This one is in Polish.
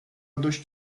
dość